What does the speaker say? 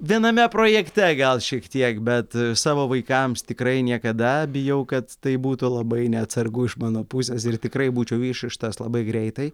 viename projekte gal šiek tiek bet savo vaikams tikrai niekada bijau kad tai būtų labai neatsargu iš mano pusės ir tikrai būčiau išrištas labai greitai